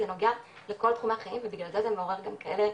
זה נוגע לכל תחומי החיים ובגלל זה מעורר גם כאלה